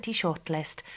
shortlist